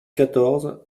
quatorze